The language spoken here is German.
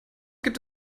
gibt